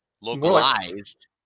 localized